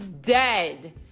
Dead